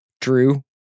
Drew